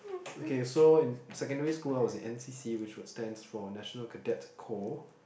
okay so in secondary school I was in N_C_C which stands for National Cadet Corp